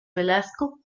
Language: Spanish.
velasco